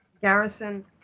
garrison